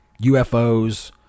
UFOs